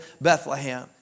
Bethlehem